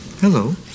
Hello